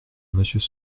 monsieur